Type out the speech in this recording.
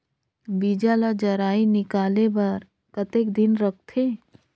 बीजा ला जराई निकाले बार कतेक दिन रखथे?